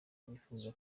bifuza